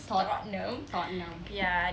tot~ tottenham